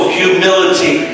humility